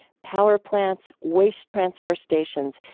power plants, waste transfer stations,